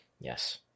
Yes